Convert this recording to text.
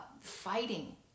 fighting